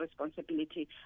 responsibility